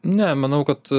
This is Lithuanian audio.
ne manau kad